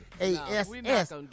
A-S-S